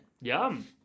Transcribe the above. Yum